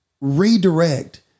redirect